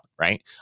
right